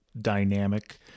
Dynamic